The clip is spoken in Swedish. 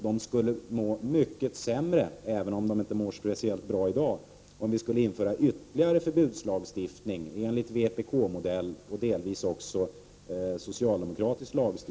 De skulle må mycket mycket sämre, även om de inte mår speciellt bra i dag, om vi införde ytterligare förbudslagstiftning enligt vpk:s och delvis socialdemokraternas modell.